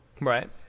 Right